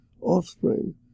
offspring